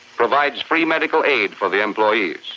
provides free medical aid for the employees.